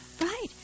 Right